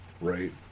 right